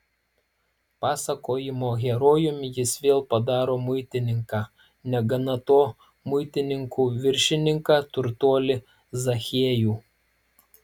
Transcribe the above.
pasakojimo herojumi jis vėl padaro muitininką negana to muitininkų viršininką turtuolį zachiejų